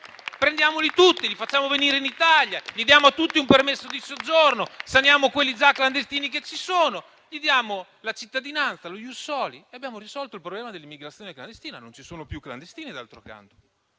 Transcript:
prendiamoli tutti, facciamoli venire in Italia e diamo a tutti un permesso di soggiorno, saniamo quelli che sono già clandestini; gli diamo la cittadinanza con lo *ius soli* e abbiamo risolto il problema dell'immigrazione clandestina (non ci sono più clandestini, d'altro canto).